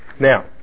now